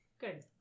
good